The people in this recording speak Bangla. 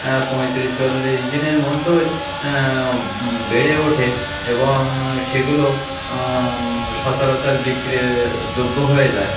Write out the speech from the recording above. পঁয়ত্রিশ চল্লিশ দিনের মধ্যেই বেড়ে ওঠে এবং সেগুলো সচরাচর বিক্রির যোগ্য হয়ে যায়